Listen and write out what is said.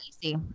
easy